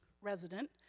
resident